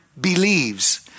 believes